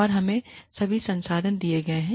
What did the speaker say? और हमें सभी संसाधन दिए गए हैं